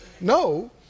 no